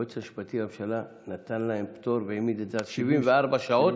היועץ המשפטי לממשלה נתן להם פטור והעמיד את זה על 74 שעות,